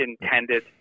intended